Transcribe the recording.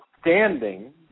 standing